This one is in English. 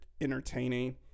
entertaining